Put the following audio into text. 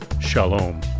Shalom